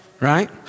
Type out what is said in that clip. Right